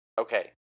Okay